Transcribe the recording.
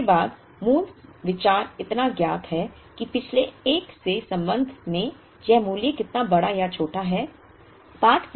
सब के बाद मूल विचार इतना ज्ञात है कि पिछले एक के संबंध में यह मूल्य कितना बड़ा या छोटा है